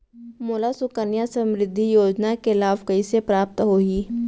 मोला सुकन्या समृद्धि योजना के लाभ कइसे प्राप्त होही?